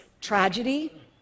tragedy